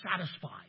satisfied